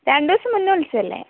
രണ്ട് ദിവസം മുന്നേ വിളിച്ചതല്ലേ